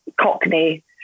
Cockney